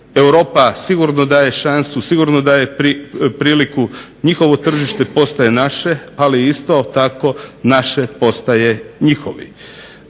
Europa sigurno daje šansu, sigurno daje priliku. Njihovo tržište postaje naše, ali isto tako naše postaje njihovo.